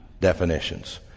definitions